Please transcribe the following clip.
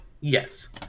Yes